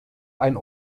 ein